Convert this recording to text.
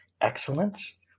excellence